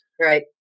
right